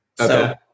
okay